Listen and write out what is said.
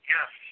Yes